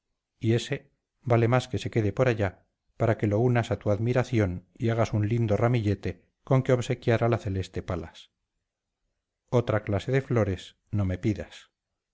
y ese vale más que se quede por allá para que lo unas a tu admiración y hagas un lindo ramillete con que obsequiar a la celeste palas otra clase de flores no me pidas